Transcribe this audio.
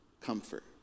comfort